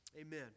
Amen